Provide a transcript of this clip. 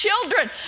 children